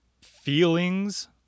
feelings